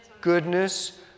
goodness